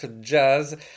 Jazz